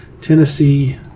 Tennessee